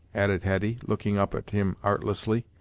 added hetty, looking up at him artlessly,